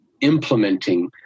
implementing